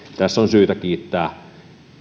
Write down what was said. tässä on syytä kiittää